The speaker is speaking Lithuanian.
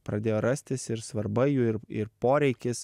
pradėjo rastis ir svarba jų ir ir poreikis